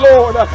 Lord